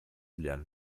lernen